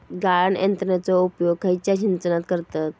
गाळण यंत्रनेचो उपयोग खयच्या सिंचनात करतत?